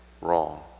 wrong